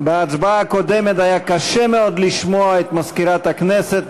בהצבעה הקודמת היה קשה מאוד לשמוע את מזכירת הכנסת,